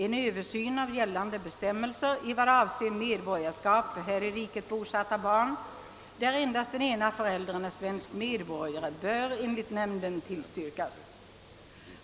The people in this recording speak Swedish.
En översyn av gällande bestämmelser i vad avser medborgarskap för här i riket bosatta barn, där endast den ena av föräldrarna är svensk medborgare, bör enligt nämnden tillstyrkas.